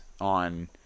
on